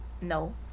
no